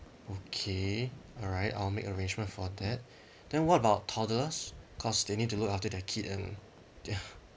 okay alright I'll make arrangement for that then what about toddlers cause they need to look after their kid and they